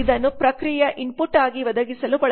ಇದನ್ನು ಪ್ರಕ್ರಿಯೆಯ ಇನ್ಪುಟ್ ಆಗಿ ಒದಗಿಸಲು ಬಳಸಲಾಗುತ್ತದೆ